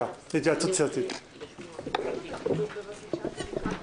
להקדמת הדיון לפני קריאה טרומית בשתי הצעות החוק